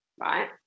right